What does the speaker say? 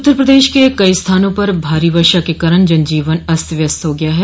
उत्तर प्रदेश के कई स्थानों पर भारी वर्षा के कारण जनजीवन अस्त व्यस्त हो गया है